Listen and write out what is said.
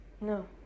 No